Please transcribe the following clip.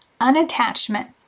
Unattachment